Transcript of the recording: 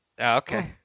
Okay